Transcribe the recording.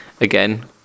again